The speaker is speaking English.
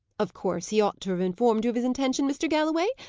of course he ought to have informed you of his intention, mr. galloway.